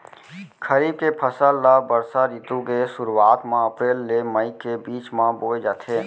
खरीफ के फसल ला बरसा रितु के सुरुवात मा अप्रेल ले मई के बीच मा बोए जाथे